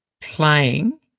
playing